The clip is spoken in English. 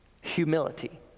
humility